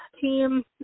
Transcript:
team